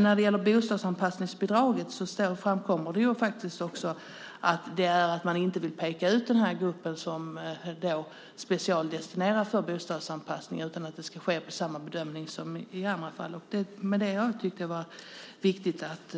När det gäller bostadsanpassningsbidraget framkommer det att man inte vill peka ut den här gruppen som specialdestinerad för bostadsanpassning, utan bostadsanpassning ska ske utifrån samma bedömning som i andra fall. Därför tyckte jag att det var viktigt att